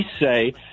say